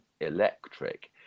electric